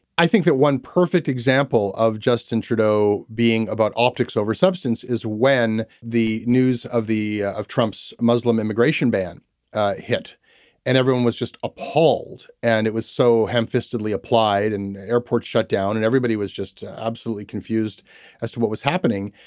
i think that one perfect example of justin trudeau being about optics over substance is when the news of the of trump's muslim immigration ban hit and everyone was just appalled and it was so ham fisted leigh applied and airports shut down and everybody was just absolutely confused as to what was happening.